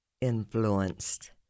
influenced